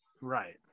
right